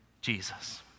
Jesus